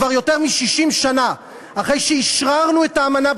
כבר יותר מ-60 שנה אחרי שאשררנו את האמנה,